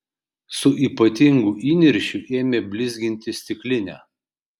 su ypatingu įniršiu ėmė blizginti stiklinę